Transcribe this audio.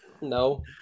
No